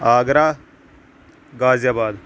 آگرہ غازی آباد